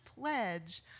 pledge